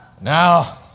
Now